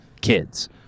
kids